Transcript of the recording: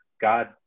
God